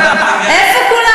איפה כולם?